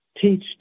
teach